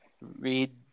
read